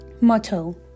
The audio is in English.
motto